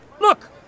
Look